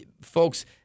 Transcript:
Folks –